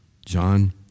John